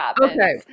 Okay